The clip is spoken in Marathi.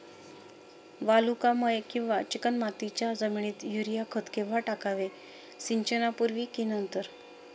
वालुकामय किंवा चिकणमातीच्या जमिनीत युरिया खत केव्हा टाकावे, सिंचनापूर्वी की नंतर?